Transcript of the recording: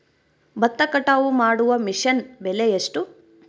ಭತ್ತ ಕಟಾವು ಮಾಡುವ ಮಿಷನ್ ಬೆಲೆ ಎಷ್ಟು?